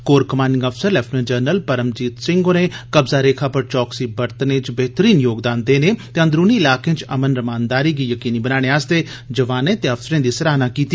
corps commanding अफसर lieutenant general Paramjit Singh होरें कब्जा रेखा पर चौकसी बरतने च बेह्तरीन योगदान देने ते अंदरूनी ईलाकें च अमन रमानदारी गी यकीनी बनाने आस्ते जवाने ते अफसरें दी सराहना कीती